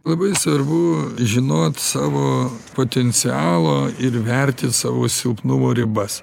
labai svarbu žinot savo potencialą ir įvertit savo silpnumo ribas